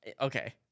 Okay